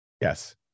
Yes